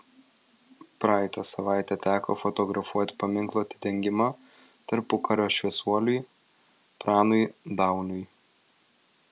praeitą savaitę teko fotografuoti paminklo atidengimą tarpukario šviesuoliui pranui dauniui